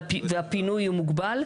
והפינוי הוא מוגבל.